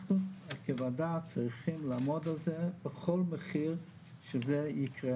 אנחנו כוועדה צריכים לעמוד על זה בכל מחיר שזה יקרה,